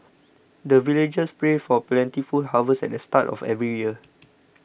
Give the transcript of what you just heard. the villagers pray for plentiful harvest at the start of every year